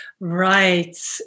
Right